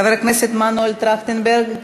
חבר הכנסת מנואל טרכטנברג,